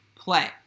Play